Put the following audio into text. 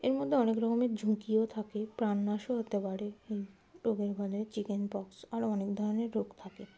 এর মধ্যে অনেক রকমের ঝুঁকিও থাকে প্রাণনাশও হতে পারে এই রোগের ফলে চিকেন পক্স আরও অনেক ধরনের রোগ থাকে